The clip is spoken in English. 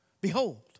Behold